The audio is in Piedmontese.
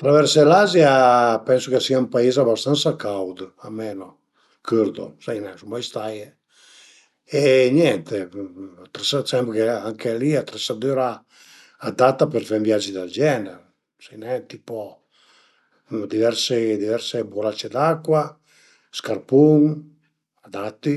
Traversé l'Azia pensu ch'a sia ün pais abastansa caud, almenu chërdu, sai nen, sun mai staie e niente anche li atresadüra adatta për fe ën viage del gener, sai nen, tipo diversi diverse burace d'acua, scarpun adatti